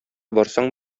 барсаң